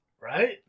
Right